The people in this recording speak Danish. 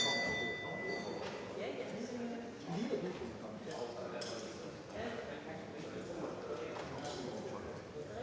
Tak